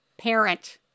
parent